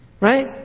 Right